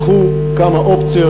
קחו כמה אופציות.